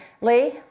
Lee